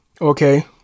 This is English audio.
Okay